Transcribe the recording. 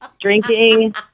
drinking